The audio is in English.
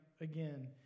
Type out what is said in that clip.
again